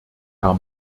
herr